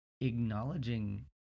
acknowledging